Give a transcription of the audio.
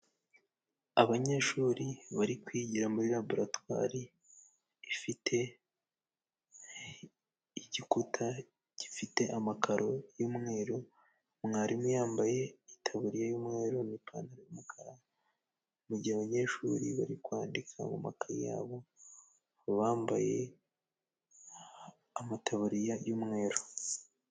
Abanyeshuri bari kwigira muri laboratwari, ifite igikuta gifite amakaro y'umweru, mwarimu yambaye itaburiya y'umweru n' ipantaro y'umukara, mu gihe abanyeshuri bari kwandika mu makaye yabo bambaye amataburiya y'umweru.